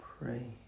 pray